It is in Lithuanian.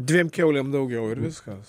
dviem kiaulėm daugiau ir viskas